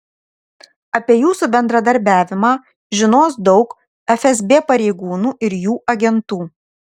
apie jūsų bendradarbiavimą žinos daug fsb pareigūnų ir jų agentų